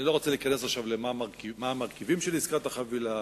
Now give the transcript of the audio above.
אני לא רוצה להיכנס עכשיו למה המרכיבים של עסקת החבילה